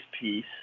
piece